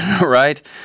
Right